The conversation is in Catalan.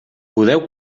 podeu